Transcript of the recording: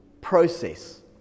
process